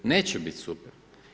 Neće bit super.